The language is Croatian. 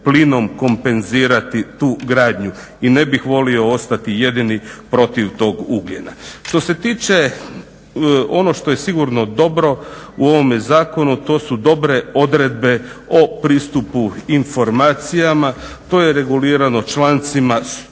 plinom kompenzirati tu gradnju. I ne bih volio ostati jedini protiv tog ugljena. Što se tiče ono što je sigurno dobro u ovome zakonu to su dobre odredbe o pristupu informacijama. To je regulirano člancima 198.,